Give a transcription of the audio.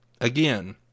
again